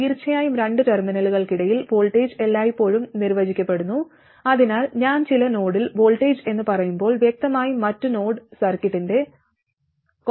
തീർച്ചയായും രണ്ട് ടെർമിനലുകൾക്കിടയിൽ വോൾട്ടേജ് എല്ലായ്പ്പോഴും നിർവചിക്കപ്പെടുന്നു അതിനാൽ ഞാൻ ചില നോഡിൽ വോൾട്ടേജ് എന്ന് പറയുമ്പോൾ വ്യക്തമായും മറ്റ് നോഡ് സർക്യൂട്ടിന്റെ കോമൺ ഗ്രൌണ്ട് ആണ്